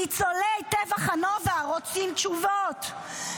ניצולי טבח הנובה רוצים תשובות,